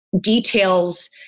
details